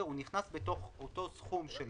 הוא נכנס בתוך אותו סכום של